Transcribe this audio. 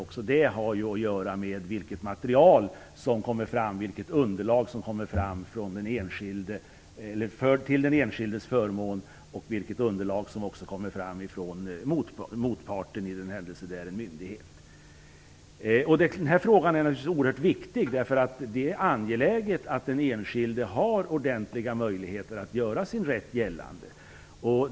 Även det har att göra med vilket material, underlag, som kommer fram till den enskildes förmån och vilket material som kommer fram från motparten i den händelse det är en myndighet. Den här frågan är naturligtvis oerhört viktig. Det är angeläget att den enskilde har ordentliga möjligheter att göra sin rätt gällande.